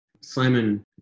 Simon